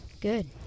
Good